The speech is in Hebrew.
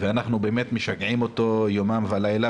ואנחנו באמת משגעים אותו יומם ולילה